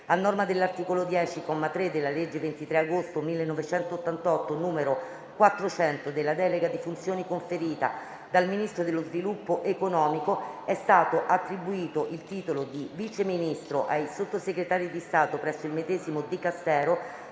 a norma dell'articolo 10, comma 3, della legge 23 agosto 1988, n. 400, della delega di funzioni conferita dal Ministro dello sviluppo economico, è stato attribuito il titolo di Vice Ministro ai Sottosegretari di Stato presso il medesimo Dicastero